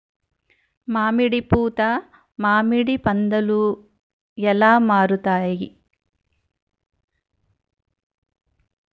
మామిడి పూత మామిడి పందుల ఎలా మారుతుంది?